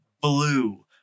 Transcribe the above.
blue